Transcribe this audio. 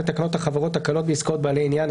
2 לתקנות החברות (הקלות בעסקאות בעלי עניין),